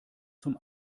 zum